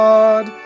God